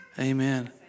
Amen